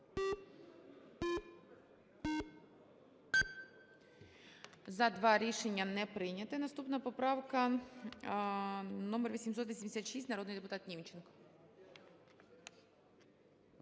За-9 Рішення не прийнято. Наступна поправка - номер 956. Народний депутат Німченко.